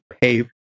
pay